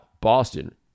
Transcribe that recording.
Boston